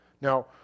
Now